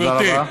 תודה רבה.